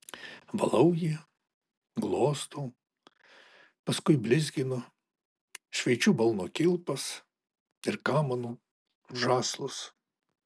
valau jį glostau paskui blizginu šveičiu balno kilpas ir kamanų žąslus